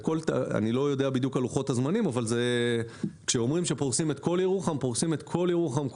אני לא יודע בדיוק את לוחות הזמנים אבל כשאומרים שפורסים את כל ירוחם,